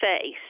face